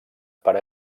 per